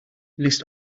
list